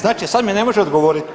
Znači sad mi ne može odgovoriti?